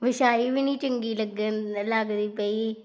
ਵਿਛਾਈ ਵੀ ਨਹੀਂ ਚੰਗੀ ਲੱਗਣ ਲੱਗਦੀ ਪਈ